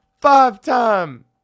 Five-time